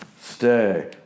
stay